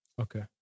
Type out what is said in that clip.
Okay